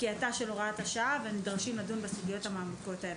לפקיעתה של הוראת השעה ונדרשים לדון בסוגיות המעמיקות האלה.